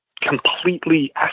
completely